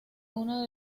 uno